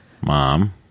mom